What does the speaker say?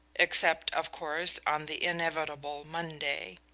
except, of course, on the inevitable monday.